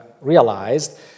realized